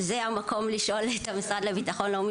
זה המקום לשאול את המשרד לבטחון לאומי,